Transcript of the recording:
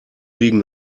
liegen